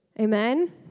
Amen